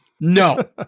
No